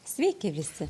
sveiki visi